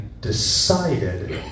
decided